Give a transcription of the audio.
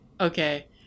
Okay